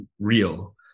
real